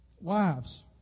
Wives